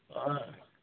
ஆ